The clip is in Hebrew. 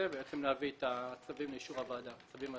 ולהביא את הצווים והתקנות לאישור הוועדה.